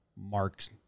Mark's